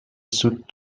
سوت